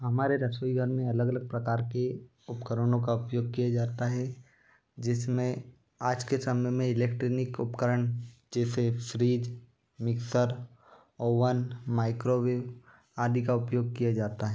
हमारे रसोई घर में अलग अलग प्रकार के उपकरणों का उपयोग किया जाता है जिसमें आज के समय में इलेक्ट्रैनिक उपकरण जैसे फ्रिज मिक्सर ओवन माइक्रोवेव आदि का उपयोग किया जाता है